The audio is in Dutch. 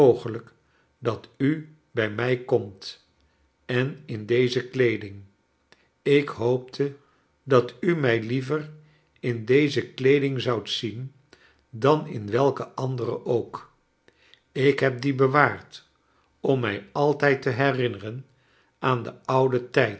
dat u bij mij komt en in deze kleedingf ik hoopte dat u mij liever in deze kleeding zoudt zien dan in welke andere ook ik heb die bewaard om mij altijd te herinneren aan den ouden tijd